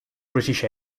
british